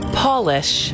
polish